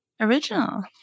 original